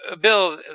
Bill